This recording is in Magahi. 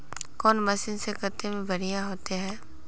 कौन मशीन से कते में बढ़िया होते है?